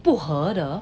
不合的